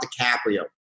DiCaprio